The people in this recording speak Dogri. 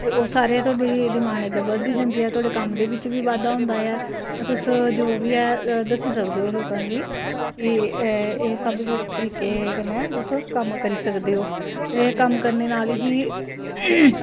ते ओह् सारी तोआडी डिमांड अग्गें बधदी जंदी ऐ ते तोआड़े कम्म बिच्च बी बाद्धा होंदा ऐ तुस जो बी ऐ दस्सी सकदे ओ लोकां गी कि एह् सब तरीके कन्नै तुस कम्म करी सकदे ओ ते कम्म करने नाल ही